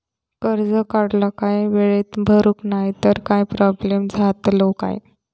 कर्ज काढला आणि वेळेत भरुक नाय तर काय प्रोब्लेम जातलो काय?